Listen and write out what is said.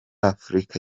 afurika